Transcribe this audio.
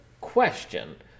question